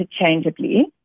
interchangeably